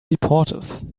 reporters